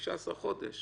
15 חודש